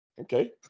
Okay